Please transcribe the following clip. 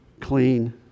clean